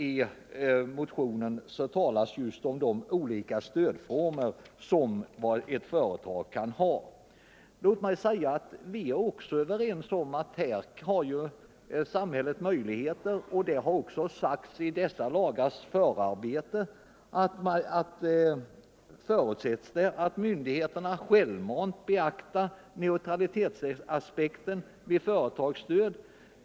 I motionen talas just om de olika stödformer som företag kan få. Vi anser också att samhället här har möjligheter, vilket också anförts i förarbetena till dessa lagar, att tillse att myndigheterna självmant beaktar neutralitetsaspekten vid företagsstöd.